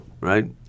right